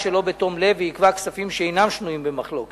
שלא בתום לב ועיכבה כספים שאינם שנויים במחלוקת.